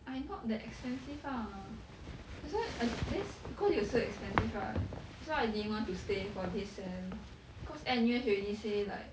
I not that expensive lah that's why I t~ that's because it was so expensive right that's why I didn't want to stay for this sem cause N_U_S already say like